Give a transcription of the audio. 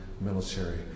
military